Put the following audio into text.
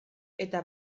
eta